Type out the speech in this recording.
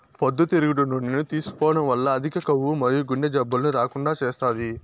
పొద్దుతిరుగుడు నూనెను తీసుకోవడం వల్ల అధిక కొవ్వు మరియు గుండె జబ్బులను రాకుండా చేస్తాది